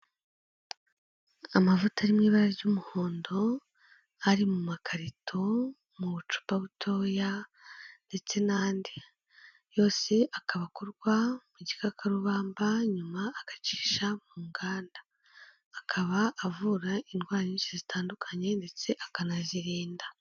Amavuta ari mu ibara ry'umuhondo, ari mu makarito, mu bucupa butoya ndetse n'andi, yose akaba akorwa mu gikakarubamba nyuma agacisha mu nganda, akaba avura indwara nyinshi zitandukanye ndetse akanazirinda.